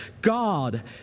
god